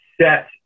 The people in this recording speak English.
set